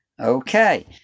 Okay